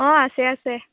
অঁ আছে আছে